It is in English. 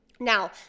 Now